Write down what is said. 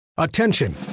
Attention